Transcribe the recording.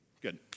Good